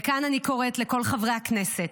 וכאן אני קוראת לכל חברי הכנסת,